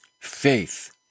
Faith